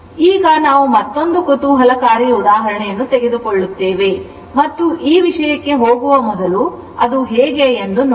ಈಗ ಮುಂದೆ ನಾವು ಮತ್ತೊಂದು ಕುತೂಹಲಕಾರಿ ಉದಾಹರಣೆಯನ್ನು ತೆಗೆದುಕೊಳ್ಳುತ್ತೇವೆ ಮತ್ತು ಈ ವಿಷಯಕ್ಕೆ ಹೋಗುವ ಮೊದಲು ಅದು ಹೇಗೆ ಎಂದು ನೋಡಿ